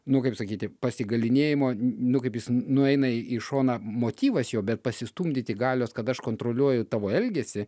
nu kaip sakyti pasigalynėjimo nu kaip jis nueina į šoną motyvas jo bet pasistumdyti galios kad aš kontroliuoju tavo elgesį